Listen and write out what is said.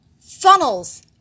funnels